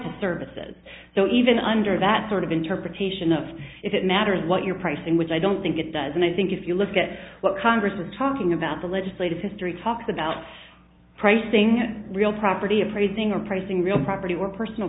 to services so even under that sort of interpretation of if it matters what your pricing which i don't think it does and i think if you look at what congress is talking about the legislative history talks about pricing real property appraising or pricing real property or personal